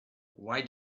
why